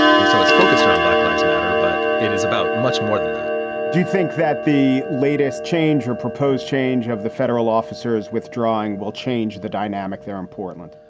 and so it's focused around black lives matter, but it is about much more than that do you think that the latest change or proposed change of the federal officers withdrawing will change the dynamic there in portland?